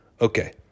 okay